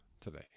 today